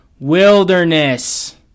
wilderness